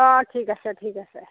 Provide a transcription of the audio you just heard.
অঁ ঠিক আছে ঠিক আছে